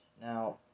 Now